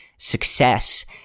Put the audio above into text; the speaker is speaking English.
Success